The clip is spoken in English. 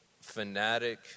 fanatic